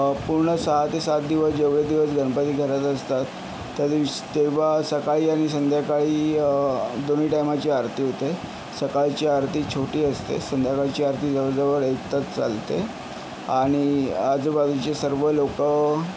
पूर्ण सहा ते सात दिवस जेवढे दिवस गणपती घरात असतात त्यादिवशी तेव्हा सकाळी आणि संध्याकाळी दोन्ही टाइमाची आरती होते सकाळची आरती छोटी असते संध्याकाळची आरती जवळजवळ एक तास चालते आणि आजूबाजूचे सर्व लोकं